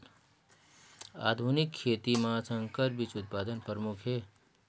आधुनिक खेती म संकर बीज उत्पादन प्रमुख हे